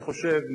אני חושב,